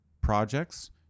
projects